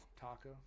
Taco